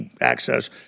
access